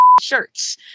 shirts